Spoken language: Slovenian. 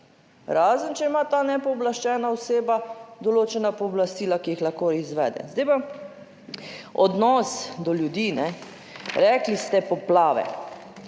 razen če ima ta nepooblaščena oseba določena pooblastila, ki jih lahko izvede. Zdaj pa odnos do ljudi. Rekli ste poplave,